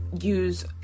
use